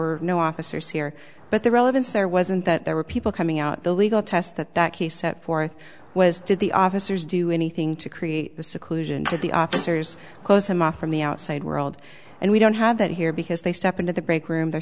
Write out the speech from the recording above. were no officers here but the relevance there wasn't that there were people coming out the legal test that that he set forth was did the officers do anything to create the seclusion to the officers close him off from the outside world and we don't have that here because they step into the break room they're